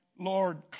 Lord